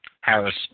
Harris